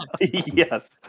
Yes